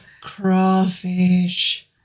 crawfish